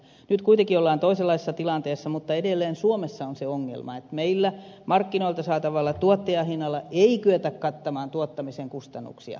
nyt kuitenkin ollaan toisenlaisessa tilanteessa mutta edelleen suomessa on se ongelma että meillä markkinoilta saatavalla tuottajahinnalla ei kyetä kattamaan tuottamisen kustannuksia